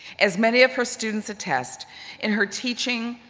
as many of her students attest in her teaching,